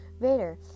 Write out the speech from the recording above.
Vader